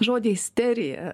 žodį isterija